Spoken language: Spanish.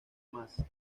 más